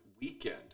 weekend